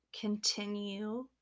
continue